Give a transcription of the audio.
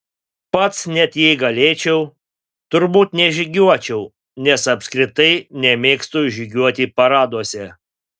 pats net jei galėčiau turbūt nežygiuočiau nes apskritai nemėgstu žygiuoti paraduose